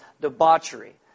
debauchery